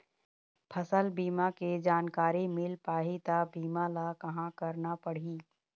फसल बीमा के जानकारी मिल पाही ता बीमा ला कहां करना पढ़ी?